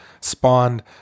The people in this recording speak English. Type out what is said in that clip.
spawned